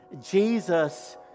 Jesus